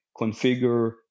configure